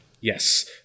Yes